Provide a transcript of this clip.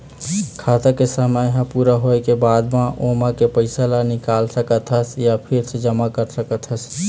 खाता के समे ह पूरा होए के बाद म ओमा के पइसा ल निकाल सकत हस य फिर से जमा कर सकत हस